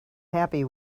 happy